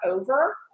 over